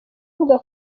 avuga